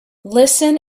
listen